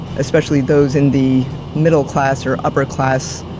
especially those in the middle class or upper class,